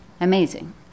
amazing